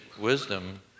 wisdom